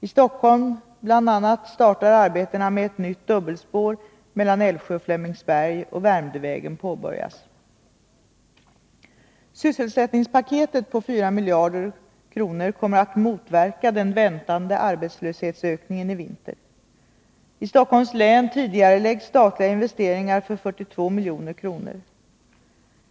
I Stockholm bl.a. startar arbetena med ett nytt dubbelspår mellan Älvsjö och Flemingsberg, och Värmdövägen påbörjas. Sysselsättningspaketet på 4 miljarder kronor kommer att motverka den väntade arbetslöshetsökningen i vinter. I Stockholms län tidigareläggs statliga investeringar för 42 milj.kr.